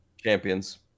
Champions